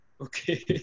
Okay